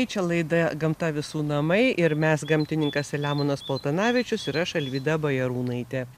čia laida gamta visų namai ir mes gamtininkas selemonas paltanavičius ir aš alvyda bajarūnaitė